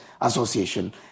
Association